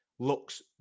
looks